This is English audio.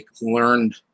learned